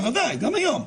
בוודאי, גם היום.